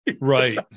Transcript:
right